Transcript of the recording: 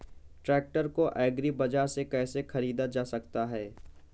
Tractor को agri बाजार से कैसे ख़रीदा जा सकता हैं?